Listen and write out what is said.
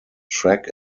track